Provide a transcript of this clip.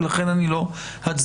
ולכן אני לא אצביע.